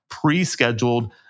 pre-scheduled